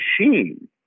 machine